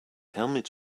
helmet